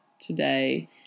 today